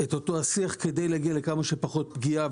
אותו השיח כדי להגיע לכמה שפחות פגיעה,